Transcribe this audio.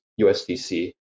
usdc